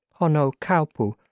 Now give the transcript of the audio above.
Honokaupu